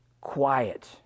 quiet